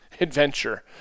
adventure